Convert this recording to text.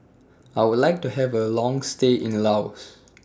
I Would like to Have A Long stay in Laos